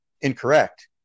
Incorrect